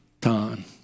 time